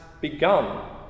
begun